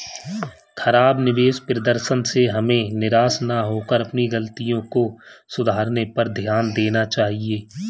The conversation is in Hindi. खराब निवेश प्रदर्शन से हमें निराश न होकर अपनी गलतियों को सुधारने पर ध्यान देना चाहिए